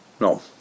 No